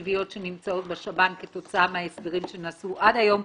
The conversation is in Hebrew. התקציביות שנמצאות בשב"ן כתוצאה מההסדרים שנעשו עד היום,